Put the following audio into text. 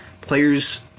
players